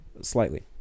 Slightly